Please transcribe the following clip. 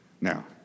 Now